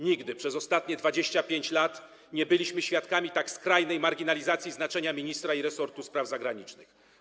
Nigdy przez ostatnie 25 lat nie byliśmy świadkami tak skrajnej marginalizacji znaczenia ministra i resortu spraw zagranicznych.